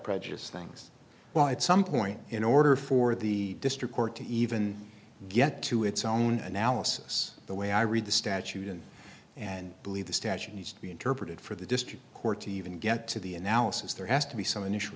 prejudice things well at some point in order for the district court to even get to its own analysis the way i read the statute and and believe the statute needs to be interpreted for the district court even get to the analysis there has to be some initial